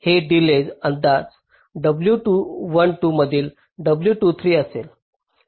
हे डिलेज अंदाज डब्ल्यू 12 अधिक डब्ल्यू 23 असेल